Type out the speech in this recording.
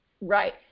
Right